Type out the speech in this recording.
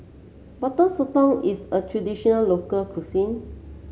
Butter Sotong is a traditional local cuisine